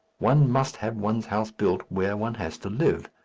one must have one's house built where one has to live,